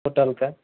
होटलके